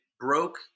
broke